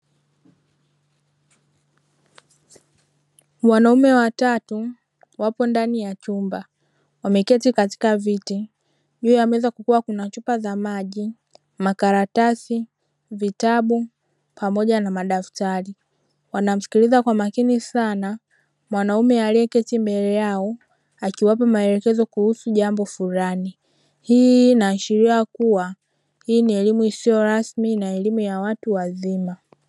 Wanaume watatu wapo ndani ya chumba, wameketi katika viti, juu ya meza kukiwa kuna chupa za maji, makaratasi, vitabu pamoja na madaftari. Wanamsikiliza kwa makini sana mwanaume aliyeketi mbele yao akiwapa maelekezo kuhusu jambo fulani. Hii inaashiria kuwa hii ni elimu isiyo rasmi na elimu ya watu wazima.